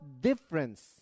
difference